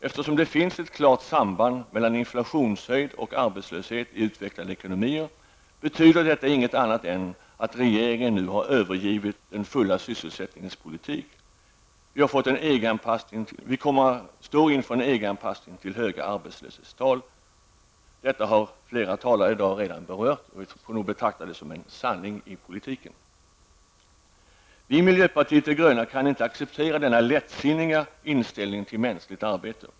Eftersom det finns ett klart samband mellan inflationshöjd och arbetslöshet i utvecklade ekonomier betyder detta inget annat än att regeringen nu har övergivit den fulla sysselsättningens politik. Vi står inför en EG anpassning som leder till höga arbetslöshetstal. Det har redan flera talare här berört och får nog betraktas som en sanning. Vi i miljöpartiet de gröna kan inte acceptera denna lättsinniga inställning till mänskligt arbete.